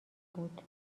بود